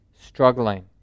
struggling